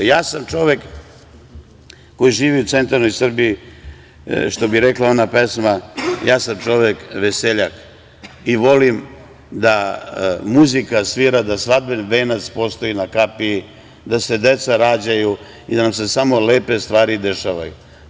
Ja sam čovek koji živi u centralnoj Srbiji, što bi rekla ona pesma: „Ja sam čovek veseljak“, i volim da muzika svira, da svadbeni venac postoji na kapiji, da se deca rađaju i da nam se samo lepe stvari dešavaju.